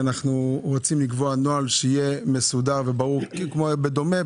אנחנו רוצים לקבוע נוהל שיהיה מסודר וברור בדומה,